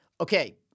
okay